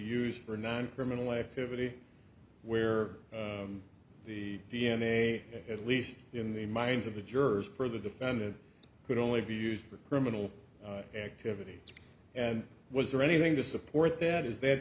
used for nine criminal activity where the d n a at least in the minds of the jurors or the defendant could only be used for criminal activity and was there anything to support that is th